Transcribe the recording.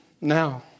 now